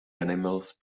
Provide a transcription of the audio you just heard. animals